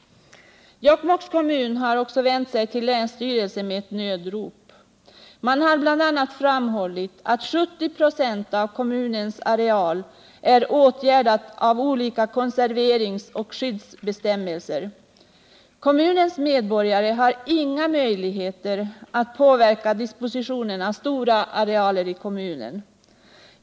Jokkmokks kommun har också vänt sig till länsstyrelsen med ett ”nödrop”. Man har bl.a. framhållit att för 70 96 av kommunens areal gäller olika konserveringsoch skyddsbestämmelser. Kommunens medborgare har inga möjligheter att påverka dispositionen av stora arealer i kommunen.